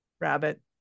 rabbit